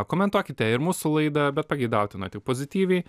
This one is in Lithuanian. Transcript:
pakomentuokite ir mūsų laidą bet pageidautina tik pozityviai